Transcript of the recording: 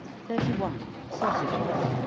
thirty one. sausages.